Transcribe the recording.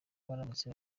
baramutse